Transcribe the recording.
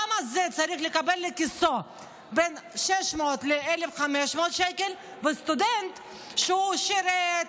למה זה צריך לקבל לכיסו בין 600 ל-1,500 שקל וסטודנט ששירת,